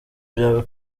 byawe